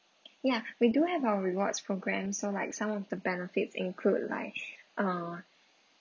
ya we do have our rewards programs so like some of the benefits include like uh